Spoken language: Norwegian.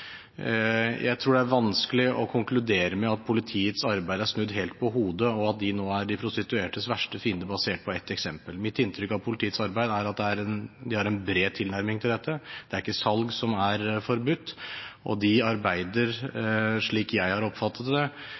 Jeg tror det er vanskelig å konkludere med at politiets arbeid er snudd helt på hodet, og at de nå er de prostituertes verste fiende, basert på ett eksempel. Mitt inntrykk av politiets arbeid er at de har en bred tilnærming til dette. Det er ikke salg som er forbudt. De arbeider, slik jeg har oppfattet det,